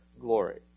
glory